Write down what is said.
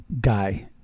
guy